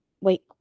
wait